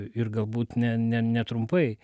ir galbūt ne ne netrumpai